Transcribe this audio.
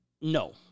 No